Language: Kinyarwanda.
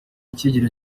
icyiciro